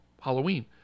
Halloween